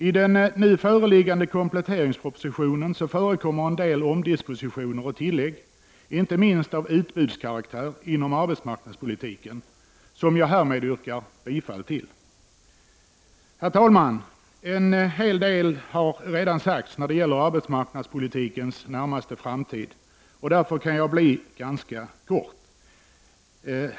I den nu föreliggande kompletteringspropositionen förekommer en del omdispositioner och tillägg — inte minst åtgärder av utbudskaraktär inom arbetsmarknadspolitiken — som jag härmed yrkar bifall till. Herr talman! En hel del har redan sagts om arbetsmarknadspolitikens närmaste framtid. Därför kan jag fatta mig ganska kort.